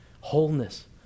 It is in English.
Wholeness